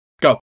Go